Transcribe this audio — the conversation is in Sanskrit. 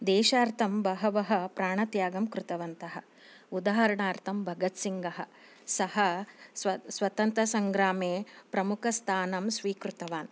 देशार्थं बहवः प्राणत्यागं कृतवन्तः उदाहरणार्थं बगत्सिङ्गः सः स्वतन्त्रसङ्ग्रामे प्रमुखस्थानं स्वीकृतवान्